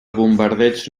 bombardeig